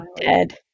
dead